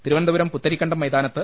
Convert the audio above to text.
തിരുവനന്തപുരം പുത്തരിക്കണ്ടം മൈതാനത്ത്